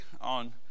on